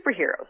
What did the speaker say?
superheroes